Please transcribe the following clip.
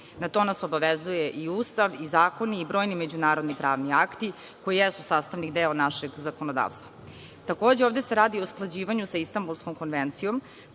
na to nas obavezuje i Ustav, i zakoni, i brojni međunarodni pravni akti koji jesu sastavni deo našeg zakonodavstva. Takođe, ovde se radi i usklađivanju sa istambulskom konvencijom,